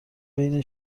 بین